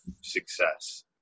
success